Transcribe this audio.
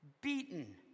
beaten